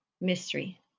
Mystery